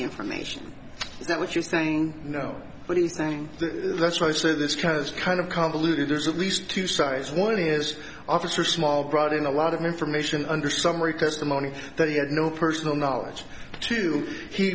information that what you're saying you know anything that's why i say this kind of kind of convoluted there's at least two sides one is officer small brought in a lot of information under summary testimony that he had no personal knowledge to